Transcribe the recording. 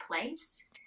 place